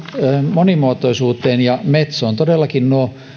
monimuotoisuuteen ja metsoon todellakin nuo